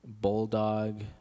bulldog